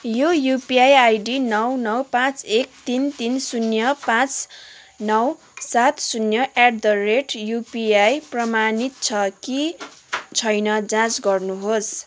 यो UPI ID नौ नौ पाँच एक तिन तिन शून्य पाँच नौ सात शून्य एट द रेट युपिआई प्रमाणित छ कि छैन जाँच गर्नुहोस्